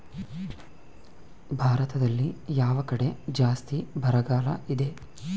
ಭಾರತದಲ್ಲಿ ಯಾವ ಕಡೆ ಜಾಸ್ತಿ ಬರಗಾಲ ಇದೆ?